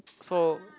so